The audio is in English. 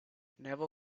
never